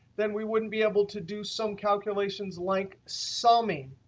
then we wouldn't be able to do some calculations like summing.